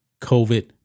COVID